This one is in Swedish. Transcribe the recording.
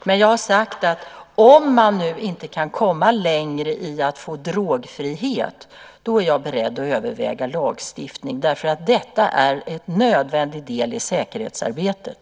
Men jag har sagt att om man nu inte kan komma längre i att nå drogfrihet är jag beredd att överväga lagstiftning, därför att det är i så fall en nödvändig del i säkerhetsarbetet.